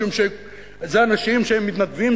משום שזה אנשים שהם מתנדבים,